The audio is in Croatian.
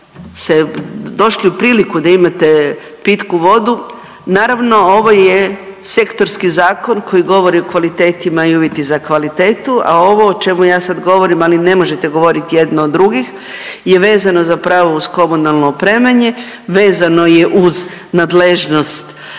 se došli u priliku da imate pitku vodu, naravno ovo je sektorski zakon koji govori o kvaliteti i uvjeti za kvalitetu, a ovo o čemu ja sad govorim, ali ne možete govorit jedno od drugih, je vezano za pravo uz komunalno opremanje, vezano je uz nadležnost